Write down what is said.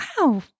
wow